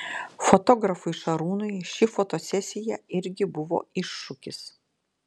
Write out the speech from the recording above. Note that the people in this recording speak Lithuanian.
fotografui šarūnui ši fotosesija irgi buvo iššūkis